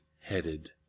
headed